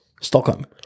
Stockholm